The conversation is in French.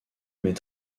mais